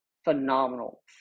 Phenomenal